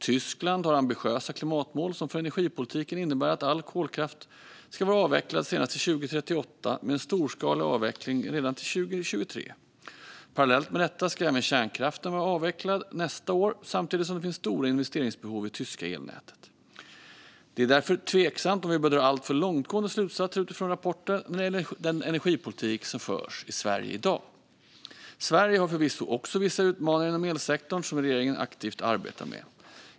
Tyskland har ambitiösa klimatmål som för energipolitiken innebär att all kolkraft ska vara avvecklad senast till 2038, med en storskalig avveckling redan till 2023. Parallellt med detta ska även kärnkraften vara avvecklad nästa år samtidigt som det finns stora investeringsbehov i det tyska elnätet. Det är därför tveksamt om vi bör dra alltför långtgående slutsatser utifrån rapporten när det gäller den energipolitik som förs i Sverige i dag. I Sverige har vi förvisso också vissa utmaningar inom elsektorn som regeringen aktivt arbetar med.